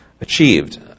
achieved